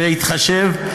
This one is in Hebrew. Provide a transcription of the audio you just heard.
בהתחשב,